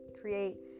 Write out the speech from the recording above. create